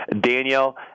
Danielle